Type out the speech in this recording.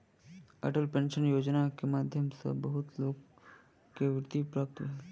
Atal pension योजना के माध्यम सॅ बहुत लोक के वृत्ति प्राप्त भेल